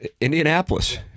Indianapolis